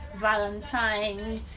Valentine's